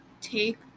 take